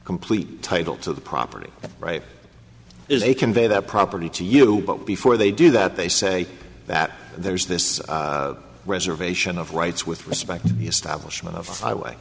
complete title to the property right is a convey that property to you but before they do that they say that there's this reservation of rights with respect to the establishment of highway